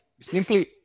simply